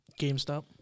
GameStop